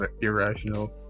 irrational